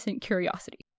curiosity